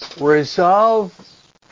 resolve